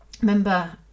Remember